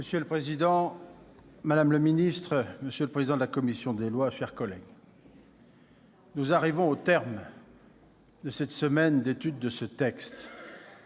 Monsieur le président, madame la ministre, monsieur le président de la commission des lois, mes chers collègues, nous arrivons au terme de la semaine d'étude de ce texte.